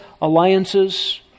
alliances